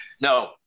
No